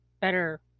better